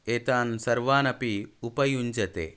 एतान् सर्वानपि उपयुञ्जते